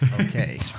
Okay